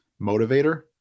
motivator